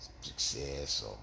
success